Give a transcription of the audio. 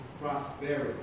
prosperity